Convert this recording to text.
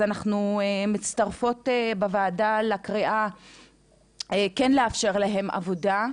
אז אנחנו בוועדה מצטרפות לקריאה כן לאפשר להם עבודה,